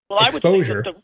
exposure